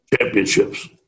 championships